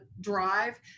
drive